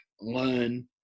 learn